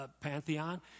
pantheon